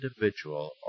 individual